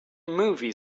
movie